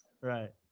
right